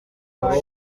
wacu